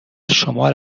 شمال